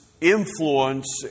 influence